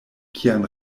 kian